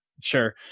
sure